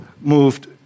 moved